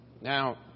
Now